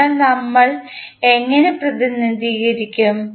അതിനാൽ നമ്മൾ നമ്മൾ എങ്ങനെ പ്രതിനിധീകരിക്കും